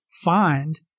find